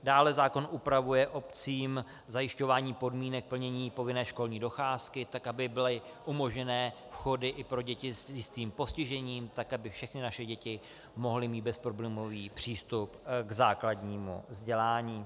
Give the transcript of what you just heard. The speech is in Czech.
Dále zákon upravuje obcím zajišťování podmínek plnění povinné školní docházky, tak aby byly umožněné vchody i pro děti s jistým postižením, tak aby všechny naše děti mohly mít bezproblémový přístup k základnímu vzdělání.